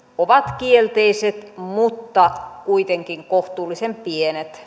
ovat kielteiset mutta kuitenkin kohtuulliset pienet